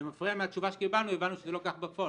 למפרע מהתשובה שקיבלנו הבנו שזה לא כך בפועל,